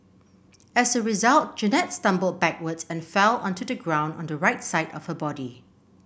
as a result Jeannette stumbled backwards and fell onto the ground on the right side of her body